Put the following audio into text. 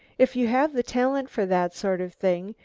if you have the talent for that sort of thing,